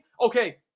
Okay